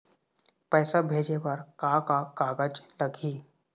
पैसा भेजे बर का का कागज लगही?